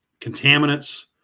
contaminants